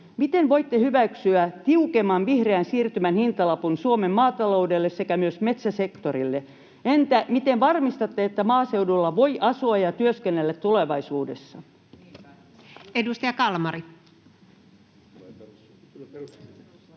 Miten voitte hyväksyä tiukemman vihreän siirtymän hintalapun Suomen maataloudelle sekä myös metsäsektorille? Entä miten varmistatte, että maaseudulla voi asua ja työskennellä tulevaisuudessa? Edustaja Kalmari.